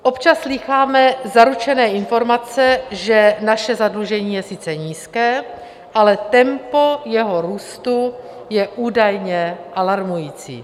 Občas slýcháme zaručené informace, že naše zadlužení je sice nízké, ale tempo jeho růstu je údajně alarmující.